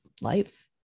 life